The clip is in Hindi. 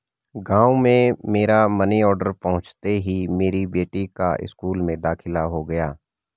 गांव में मेरा मनी ऑर्डर पहुंचते ही मेरी बेटी का स्कूल में दाखिला हो गया